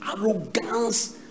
arrogance